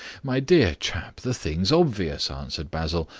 my dear chap, the thing's obvious, answered basil,